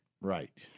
Right